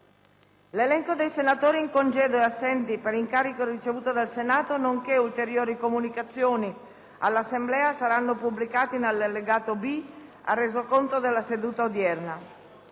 L'elenco dei senatori in congedo e assenti per incarico ricevuto dal Senato, nonché ulteriori comunicazioni all'Assemblea saranno pubblicati nell'allegato B al Resoconto della seduta odierna.